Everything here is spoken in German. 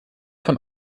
von